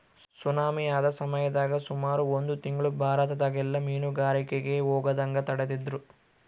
tsunami ಆದ ಸಮಯದಾಗ ಸುಮಾರು ಒಂದು ತಿಂಗ್ಳು ಭಾರತದಗೆಲ್ಲ ಮೀನುಗಾರಿಕೆಗೆ ಹೋಗದಂಗ ತಡೆದಿದ್ರು